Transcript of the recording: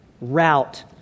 route